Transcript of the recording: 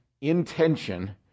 intention